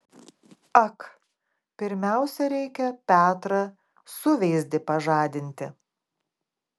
ak pirmiausia reikia petrą suveizdį pažadinti